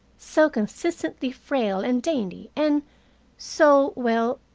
so consistently frail and dainty and so well,